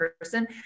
person